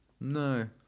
No